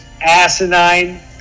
asinine